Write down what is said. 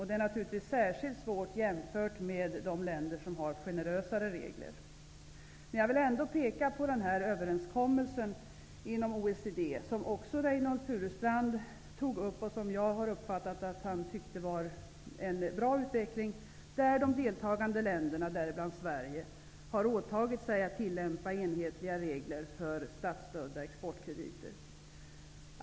Det är naturligtvis särskilt svårt jämfört med de länder som har generösare regler. Jag vill ändå peka på den överenskommelse inom OECD som Reynoldh Furustrand talade om. Jag uppfattade att han tyckte att det var en bra utveckling. De deltagande länderna, bl.a. Sverige, har åtagit sig att tillämpa enhetliga regler för statsstödda exportkrediter.